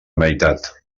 meitat